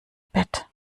bett